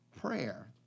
Prayer